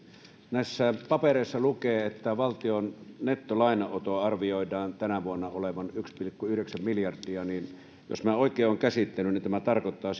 näissä papereissa lukee että valtion nettolainanoton arvioidaan tänä vuonna olevan yksi pilkku yhdeksän miljardia jos minä oikein olen käsittänyt niin tämä tarkoittaa